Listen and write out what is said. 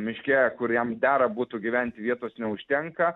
miške kur jam dera būtų gyventi vietos neužtenka